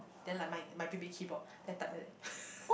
then like my my big big keyboard then type like that